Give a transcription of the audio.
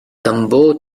tambor